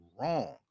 wrong